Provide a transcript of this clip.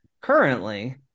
currently